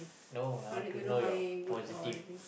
no I want to know your positive